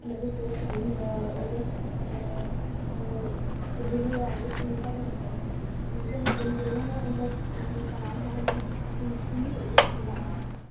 मतलब स्पेस च गेई ही होर होर एह् जेह्ड़ी आई ऐ सुनीता विलियम सुनीता विलियम जेह्ड़ियां हियां उं'दा इक निक्का नाम हा उ'नेंगी सुन्नी करियै आक्खनी आं